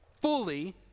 fully